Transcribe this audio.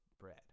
bread